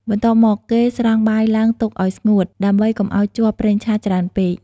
បន្ទាប់មកគេស្រង់បាយឡើងទុកអោយស្ងួត ដើម្បីកុំឲ្យជាប់ប្រេងឆាច្រើនពេក។